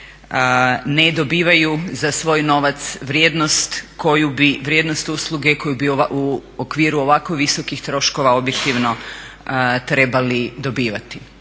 ne dobivaju za svoj novac vrijednost usluge koju bi u okviru ovako visokih troškova objektivno trebali dobivati